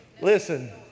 listen